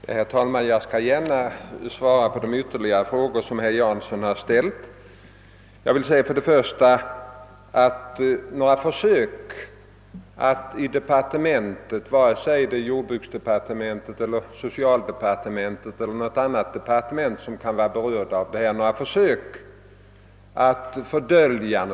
Herr talman! Jag skall gärna svara på de ytterligare frågor som herr Jansson har ställt. Några försök att fördölja någonting eller fördröja avgörandena har absolut inte gjorts i departementen, vare sig i jordbruksdepartementet, i socialdepartementet eller i något annat departement som kan vara berört.